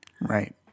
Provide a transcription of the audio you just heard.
Right